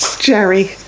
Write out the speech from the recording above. Jerry